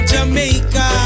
Jamaica